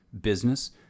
business